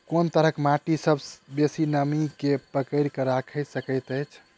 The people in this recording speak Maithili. कोन तरहक माटि सबसँ बेसी नमी केँ पकड़ि केँ राखि सकैत अछि?